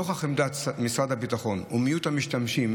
נוכח עמדת משרד הביטחון ומיעוט המשתמשים,